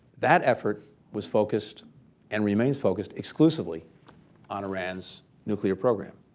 that effort was focused and remains focused exclusively on iran's nuclear program.